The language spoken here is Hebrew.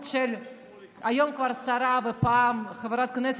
של מי שהיום כבר שרה ופעם חברת הכנסת,